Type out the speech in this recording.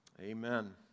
Amen